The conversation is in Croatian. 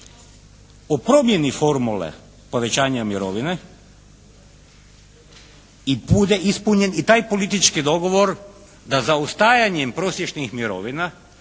o promjeni formule povećanja mirovine i bude ispunjen i taj politički dogovor da zaostajanjem prosječnih mirovina